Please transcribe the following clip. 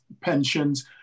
pensions